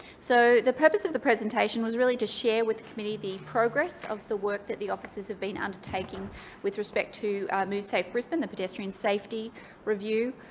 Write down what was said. so the purpose of the presentation was really to share with committee the progress of the work that the officers have been undertaking with respect to move safe brisbane, the pedestrian safety review,